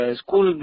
school